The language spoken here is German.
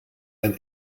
ein